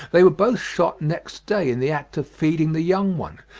they were both shot next day, in the act of feeding the young one,